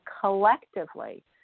collectively